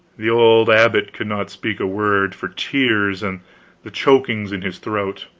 the old abbot could not speak a word, for tears and the chokings in his throat